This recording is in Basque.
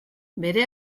bere